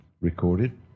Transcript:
recorded